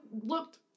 looked